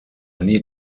need